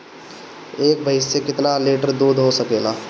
एक भइस से कितना लिटर दूध हो सकेला?